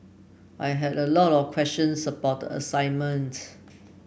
I had a lot of questions about the assignment